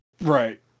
Right